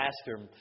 pastor